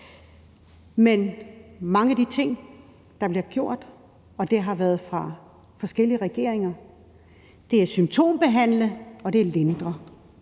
men mange af de ting, der bliver gjort fra forskellige regeringers side, er at symptombehandle og at lindre.